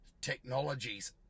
technologies